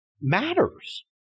matters